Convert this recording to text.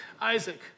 Isaac